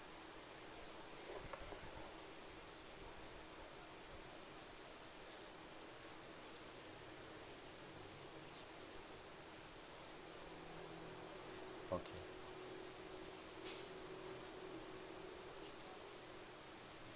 okay